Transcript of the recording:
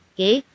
Okay